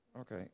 Okay